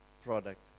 Product